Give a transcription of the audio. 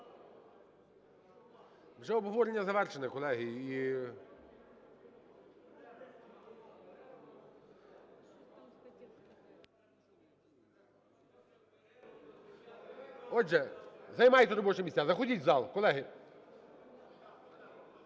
Вже обговорення завершено, колеги, і… Отже, займайте робочі місця, заходіть у зал. Колеги!